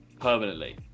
permanently